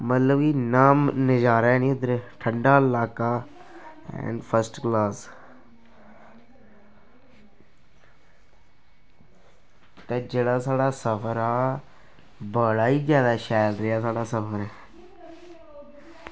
मतलब इन्ना नज़ारा ऐ नी उद्धर ठंडा लाका है न फस्ट क्लास ते जेह्ड़ा साढ़ा सफर हा बड़ा गै जादा शैल रेहा साढ़ा सफर